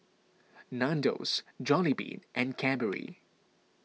Nandos Jollibean and Cadbury